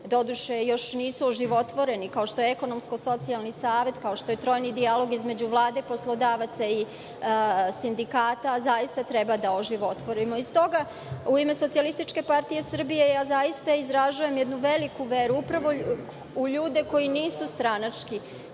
koji još nisu oživotvoreni, kao što je ekonomsko-socijalni savet, kao što je trojni dijalog između Vlade, poslodavaca i sindikata, zaista treba da oživotvorimo. Stoga, u ime SPS zaista izražavam jednu veliku veru u ljude koji nisu stranački